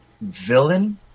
villain